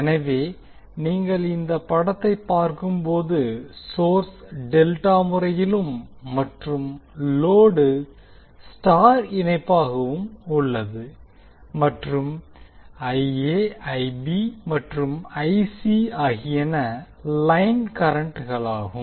எனவே நீங்கள் இந்த படத்தை பார்க்கும்போது சோர்ஸ் டெல்டா முறையிலும் மற்றும் லோடு ஸ்டார் இணைப்பாகவும் உள்ளது மற்றும் மற்றும் ஆகியன லைன் கரண்ட்களாகும்